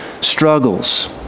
struggles